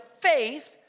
faith